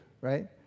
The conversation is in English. right